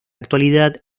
actualidad